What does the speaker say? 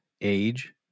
age